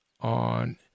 on